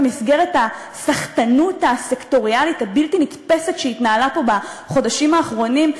במסגרת הסחטנות הסקטוריאלית הבלתי-נתפסת שהתנהלה פה בחודשים האחרונים,